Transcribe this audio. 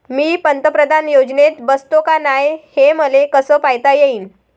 मी पंतप्रधान योजनेत बसतो का नाय, हे मले कस पायता येईन?